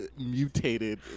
mutated